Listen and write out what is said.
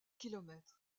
kilomètres